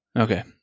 Okay